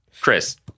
Chris